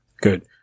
Good